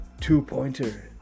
Two-pointer